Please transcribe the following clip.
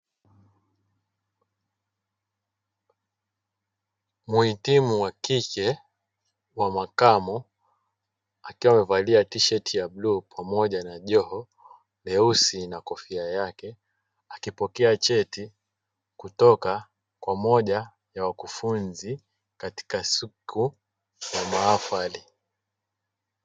Mhitimu wa kike wa makamo akiwa amevalia tisheti ya bluu pamoja na joho jeusi pamoja na kofia yake akipokea cheti kutoka kwa mmoja ya wakufunzi katika siku ya mahafali.